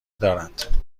دارد